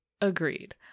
Agreed